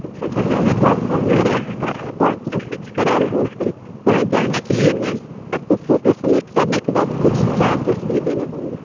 सब से पहले तो आप को हमारे यहाँ का अपॉइंटमेंट फिक्स कराना होगा और वहाँ पर जाने के लिए मैम आप को फोटो सेलेक्ट करने के बाद कुछ चार्जेस भी देने होंगे